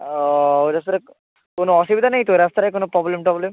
ও ওই রাস্তাটা কোনো অসুবিধা নেই তো ওই রাস্তাটায় কোনো প্রবলেম টবলেম